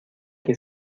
que